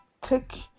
take